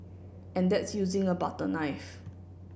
and that's using a butter knife